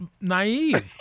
naive